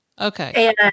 Okay